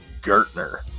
Gertner